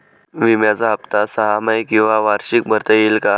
विम्याचा हफ्ता सहामाही किंवा वार्षिक भरता येईल का?